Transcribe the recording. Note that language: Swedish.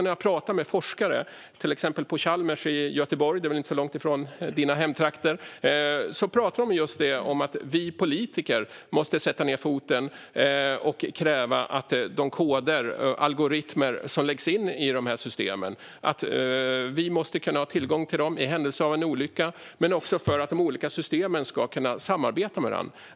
När jag pratar med forskare, till exempel på Chalmers i Göteborg som väl inte är så långt från ledamotens hemtrakter, pratar de om just det - att vi politiker måste sätta ned foten och kräva att vi får tillgång till de koder, algoritmer, som läggs in i dessa system i händelse av en olycka men också för att de olika systemen ska kunna samarbeta med varandra.